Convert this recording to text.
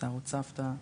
שערות סבתא.